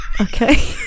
okay